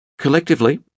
Collectively